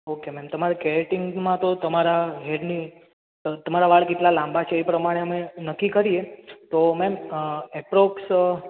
okay ma'am તમારે keratin માંતો તમારા હેરની તમારા વાળ કેટલા લાંબા છે એ પ્રમાણે અમે નક્કી કરીએ તો મેમ અ અપ્રોક્ષ